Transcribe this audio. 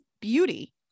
beauty